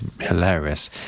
hilarious